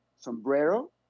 Sombrero